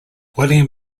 william